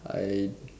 I